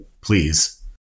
please